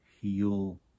heal